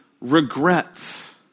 regrets